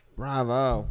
bravo